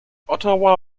ottawa